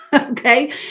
Okay